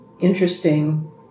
interesting